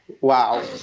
Wow